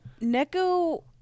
Neko